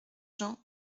jean